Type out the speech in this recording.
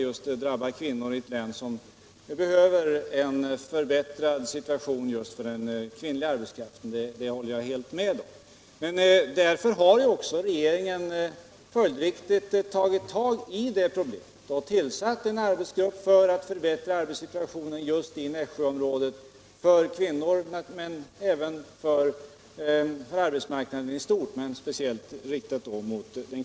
Jag håller också med om att detta speciellt drabbar kvinnor, men därför har ju också regeringen följdriktigt tagit i detta problem och tillsatt en arbetsgrupp med sikte på att förbättra arbetssituationen i Nässjöområdet, inte bara för kvinnor utan för arbetsmarknaden i stort.